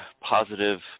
positive